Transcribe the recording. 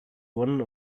one